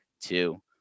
two